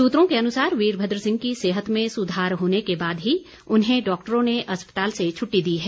सूत्रों के अनुसार वीरभद्र सिंह की सेहत में सुधार होने के बाद ही उन्हें डॉक्टरों ने अस्पताल से छुट्टी दी है